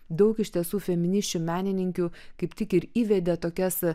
daug iš tiesų feminisčių menininkių kaip tik ir įvedė tokias